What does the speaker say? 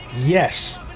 Yes